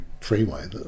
freeway